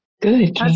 Good